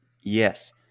Yes